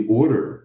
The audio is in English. order